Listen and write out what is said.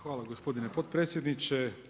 Hvala gospodine potpredsjedniče.